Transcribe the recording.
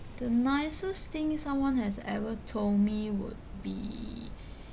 the nicest thing someone has ever told me would be